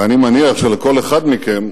ואני מניח שכל אחד מכם,